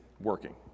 working